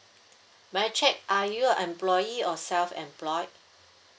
may I check are you a employee or self employed